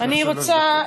אם לא נמצא,